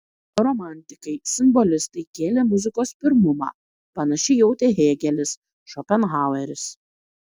romantikai simbolistai kėlė muzikos pirmumą panašiai jautė hėgelis šopenhaueris